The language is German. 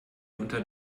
unter